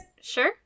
Sure